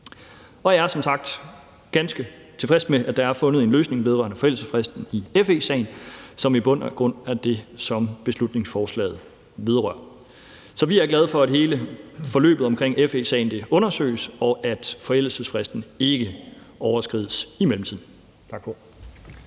Og jeg er som sagt ganske tilfreds med, at der er fundet en løsning vedrørende forældelsesfristen i FE-sagen, som i bund og grund er det, som beslutningsforslaget vedrører. Så vi er glade for, at hele forløbet omkring FE-sagen undersøges, og at forældelsesfristen ikke overskrides i mellemtiden. Tak for